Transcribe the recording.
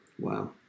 Wow